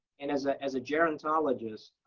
and as ah as a gerontologist,